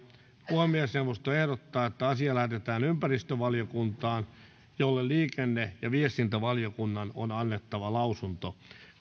puhemiesneuvosto ehdottaa että asia lähetetään ympäristövaliokuntaan jolle liikenne ja viestintävaliokunnan on annettava lausunto